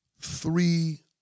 three